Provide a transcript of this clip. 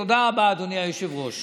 תודה רבה, אדוני היושב-ראש.